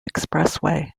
expressway